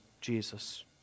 Jesus